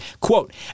quote